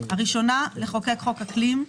הראשונה: לחוקק חוק אקלים,